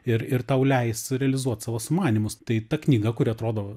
ir ir tau leis realizuot savo sumanymus tai ta knyga kuri atrodo